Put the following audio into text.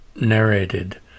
narrated